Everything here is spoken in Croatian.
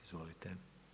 Izvolite.